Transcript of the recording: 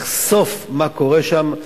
לחשוף מה קורה שם.